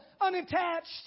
unattached